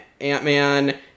Ant-Man